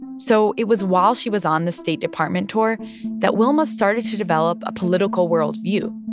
so it was while she was on the state department tour that wilma started to develop a political worldview,